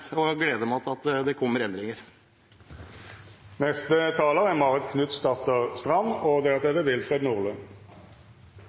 Jeg gleder meg til at det kommer endringer. Det er